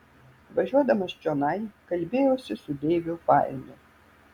važiuodamas čionai kalbėjausi su deiviu fainu